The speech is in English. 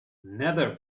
nether